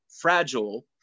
fragile